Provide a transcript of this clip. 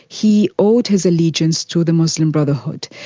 he owed his allegiance to the muslim brotherhood,